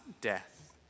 death